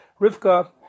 Rivka